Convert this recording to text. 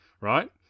right